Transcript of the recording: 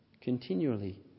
continually